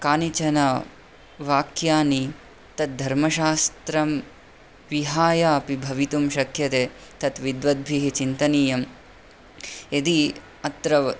कानिचन वाक्यानि तद्धर्मशास्त्रं विहाय अपि भवितुं शक्यते तत् विद्वद्भिः चिन्तनीयम् यदि अत्र